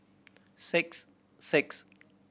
six six